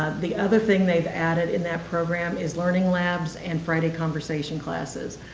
the other thing they've added in that program is learning labs and friday conversation classes.